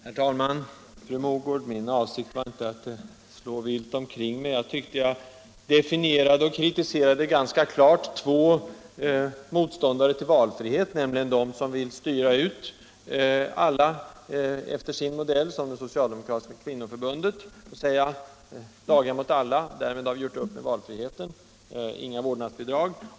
Herr talman! Min avsikt var inte att slå vilt omkring mig, fru Mogård. Jag tyckte att jag ganska klart definierade och kritiserade två grupper av motståndare till valfrihet. Den ena gruppen är de som vill styra ut alla efter sin modell, som det socialdemokratiska kvinnoförbundet. Man säger där: Daghem åt alla; därmed har vi gjort upp med valfriheten — inga vårdnadsbidrag.